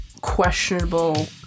questionable